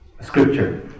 scripture